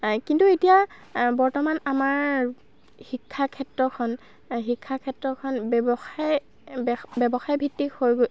কিন্তু এতিয়া বৰ্তমান আমাৰ শিক্ষা ক্ষেত্ৰখন শিক্ষা ক্ষেত্ৰখন ব্যৱসায় ব্যৱসায়ভিত্তিক হৈ গৈ